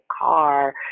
car